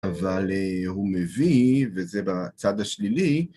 אבל הוא מביא, וזה בצד השלילי,